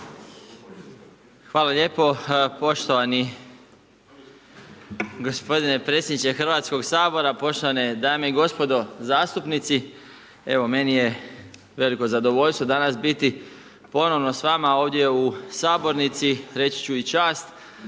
Hvala lijepo poštovani gospodine predsjedniče Hrvatskog sabora, poštovane dame i gospodo zastupnici. Evo meni je veliko zadovoljstvo danas biti ponovno s vama ovdje u sabornici, reći ću i čast,